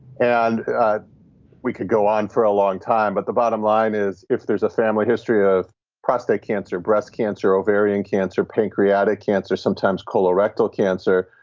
and we could go on for a long time, but the bottom line is if there's a family history of prostate cancer, breast cancer, ovarian cancer, pancreatic cancer, sometimes colorectal cancer,